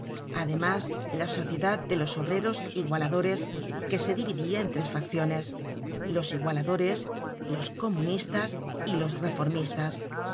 ademas la sociedad de los obreros igualadores que se dividia en tres fracciones los igualadores los comunistas y los reformistas